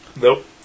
Nope